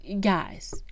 Guys